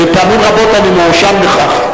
ופעמים רבות אני מואשם בכך.